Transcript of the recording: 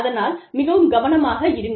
அதனால் மிகவும் கவனமாக இருங்கள்